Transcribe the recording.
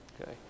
okay